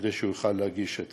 כדי שהוא יוכל להגיש את